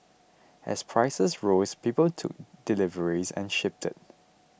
as prices rose people took deliveries and shipped it